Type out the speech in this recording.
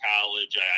College